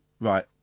right